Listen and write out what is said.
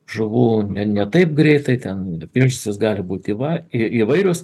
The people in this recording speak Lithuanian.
žuvų ne taip greitai ten gali būt įvairūs